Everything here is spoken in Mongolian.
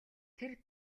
тэр